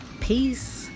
peace